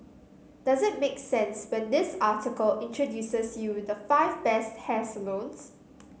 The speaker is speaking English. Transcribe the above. does it make sense when this article introduces you the five best hair salons